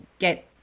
get